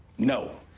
no.